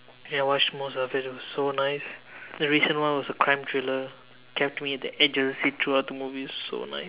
ya I watched most of it it was so nice the recent was crime trailer kept me at the edge of my seat throughout the movie so nice